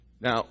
Now